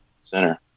center